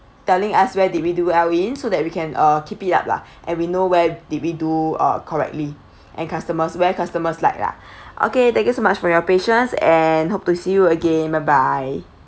telling us where did we do well in so that we can uh keep it up lah and we know where did we do uh correctly and customers where customers like ah okay thank you so much for your patience and hope to see you again bye bye